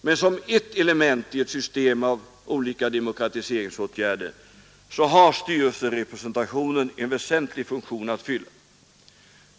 Men som ett element i ett system av olika demokratiseringsåtgärder har styrelserepresentationen en väsentlig funktion att fylla.